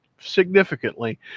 significantly